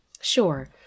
Sure